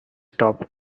top